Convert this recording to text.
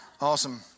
awesome